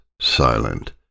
silent